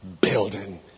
building